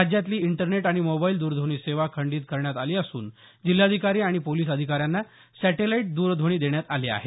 राज्यातली इंटरनेट आणि मोबाईल द्रध्वनी सेवा खंडीत करण्यात आली असून जिल्हाधिकारी आणि पोलिस अधिकाऱ्यांना सॅटेलाईट द्रध्वनी देण्यात आले आहेत